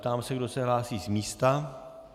Ptám se, kdo se hlásí z místa.